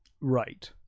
Right